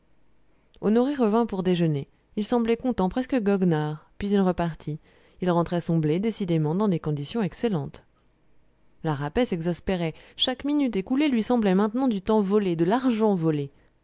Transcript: honoré revint pour déjeuner il semblait content presque goguenard puis il repartit il rentrait son blé décidément dans des conditions excellentes la rapet s'exaspérait chaque minute écoulée lui semblait maintenant du temps volé de l'argent volé